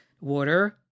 water